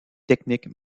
techniques